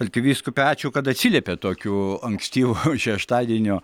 arkivyskupe ačiū kad atsiliepėt tokiu ankstyvu šeštadienio